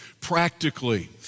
practically